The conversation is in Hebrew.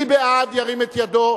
מי בעד, ירים את ידו.